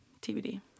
TBD